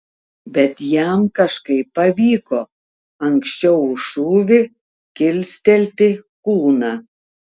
bet jam kažkaip pavyko anksčiau už šūvį kilstelti kūną